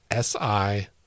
SI